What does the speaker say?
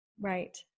right